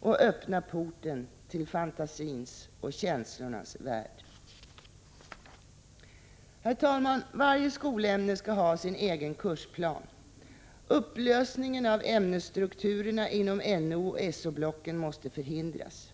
och öppna porten till fantasins och känslornas värld. Herr talman! Varje skolämne skall ha sin egen kursplan. Upplösningen av ämnesstrukturerna inom NO och SO-blocken måste förhindras.